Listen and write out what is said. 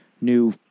new